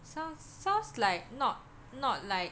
sounds sounds like not not like